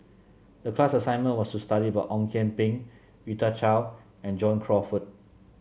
the class assignment was to study about Ong Kian Peng Rita Chao and John Crawfurd